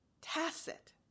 tacit